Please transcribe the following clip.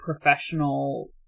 professional